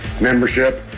membership